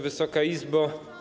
Wysoka Izbo!